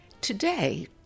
Today